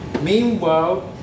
Meanwhile